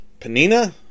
Panina